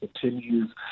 continues